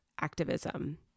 activism